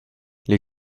les